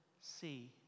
see